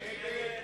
בבקשה.